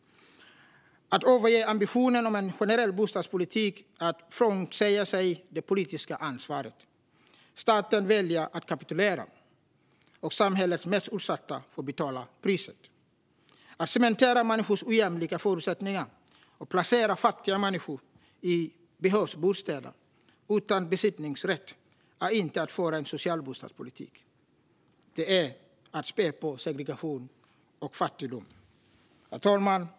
Att överge ambitionen om en generell bostadspolitik är att frånsäga sig det politiska ansvaret. Staten väljer att kapitulera, och samhällets mest utsatta får betala priset. Att cementera människors ojämlika förutsättningar och placera fattiga människor i "behovsbostäder" utan besittningsrätt är inte att föra en social bostadspolitik. Det är att spä på segregationen och fattigdomen. Herr talman!